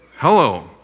hello